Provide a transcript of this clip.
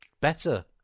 better